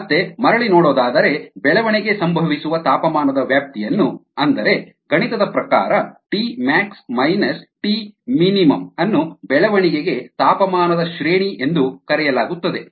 ಮತ್ತೆ ಮರಳಿ ನೋಡೋದಾದರೆ ಬೆಳವಣಿಗೆ ಸಂಭವಿಸುವ ತಾಪಮಾನದ ವ್ಯಾಪ್ತಿಯನ್ನು ಅಂದರೆ ಗಣಿತದ ಪ್ರಕಾರ Tmax Tmin ಅನ್ನು ಬೆಳವಣಿಗೆಗೆ ತಾಪಮಾನದ ಶ್ರೇಣಿ ಎಂದು ಕರೆಯಲಾಗುತ್ತದೆ